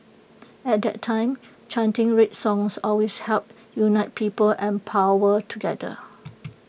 at that time chanting red songs always helped unite people and power together